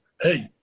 Hey